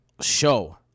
show